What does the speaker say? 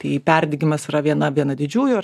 tai perdegimas yra viena viena didžiųjų ar